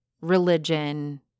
religion